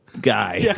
guy